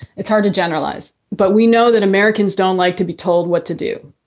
it's hard to generalize, but we know that americans don't like to be told what to do.